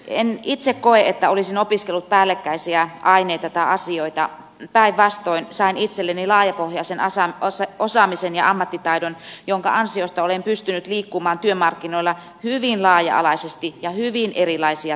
en itse koe että olisin opiskellut päällekkäisiä aineita tai asioita päinvastoin sain itselleni laajapohjaisen osaamisen ja ammattitaidon jonka ansiosta olen pystynyt liikkumaan työmarkkinoilla hyvin laaja alaisesti ja hyvin erilaisia töitä tehden